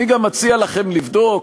אני גם מציע לכם לבדוק